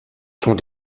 sont